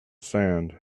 sand